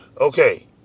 Okay